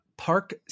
Park